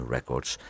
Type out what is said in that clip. Records